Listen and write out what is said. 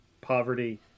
poverty